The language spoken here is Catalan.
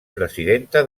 presidenta